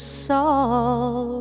salt